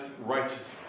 righteousness